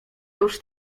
już